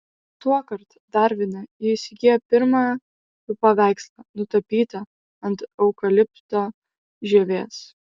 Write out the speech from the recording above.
tuokart darvine ji įsigijo pirmą jų paveikslą nutapytą ant eukalipto žievės